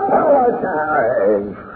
Apologize